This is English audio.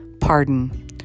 pardon